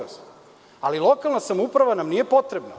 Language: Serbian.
Ali, lokalna samouprava nam nije potrebna.